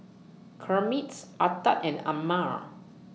Kermits Ardath and Amare